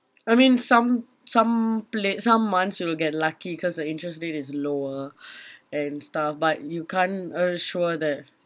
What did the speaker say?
I mean some some pla~ some months you'll get lucky cause the interest rate is lower and stuff but you can't assure that